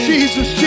Jesus